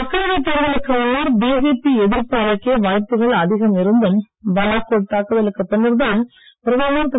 மக்களவை தேர்தலுக்கு முன்னர் பிஜேபி எதிர்ப்பு அலைக்கே வாய்ப்புகள் அதிகம் இருந்தும் பாலாக்கோட் தாக்குதலுக்குப் பின்னர்தான் பிரதமர் திரு